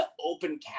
open